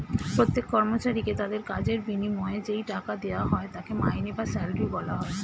প্রত্যেক কর্মচারীকে তাদের কাজের বিনিময়ে যেই টাকা দেওয়া হয় তাকে মাইনে বা স্যালারি বলা হয়